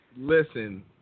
Listen